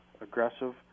aggressive